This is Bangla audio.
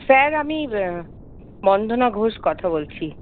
স্যার আমি বন্দনা ঘোষ কথা বলছি